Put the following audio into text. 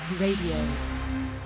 Radio